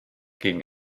gegen